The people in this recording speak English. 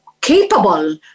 capable